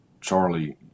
Charlie